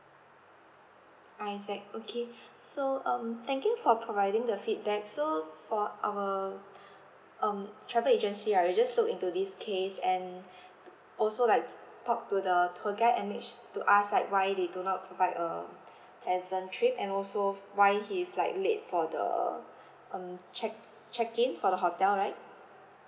isaac okay so um thank you for providing the feedback so for our um travel agency I will just look into this case and to also like talk to the tour guide and make sure to ask like why they do not provide a pleasant trip and also why he's like late for the um check check in for the hotel right